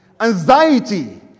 Anxiety